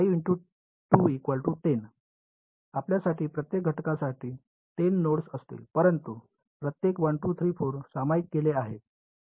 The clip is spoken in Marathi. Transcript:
आपल्यासाठी प्रत्येक घटकासाठी 10 नोड्स असतील परंतु त्यापैकी 1 2 3 4 सामायिक केले आहेत